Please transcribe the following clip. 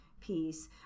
piece